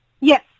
Yes